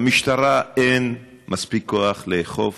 למשטרה אין מספיק כוח לאכוף